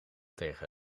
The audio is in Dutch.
tegen